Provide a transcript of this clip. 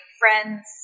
friends